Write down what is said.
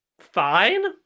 fine